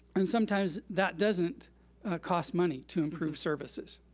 and sometimes that doesn't cost money, to improve services.